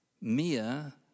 Mia